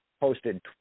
Posted